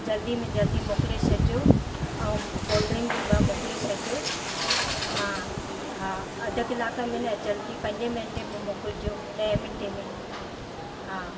जल्दी में जल्दी मोकिले छॾिजो ऐं कोल्ड ड्रिंक बि ॿ मोकिले छॾिजो मां हा अध कलाक में न जल्दी पंज मिंटे में मोकिलिजो ॾह मिंटे में हा